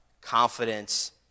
Confidence